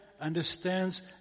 understands